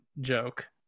joke